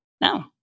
no